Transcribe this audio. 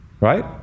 Right